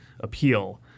appeal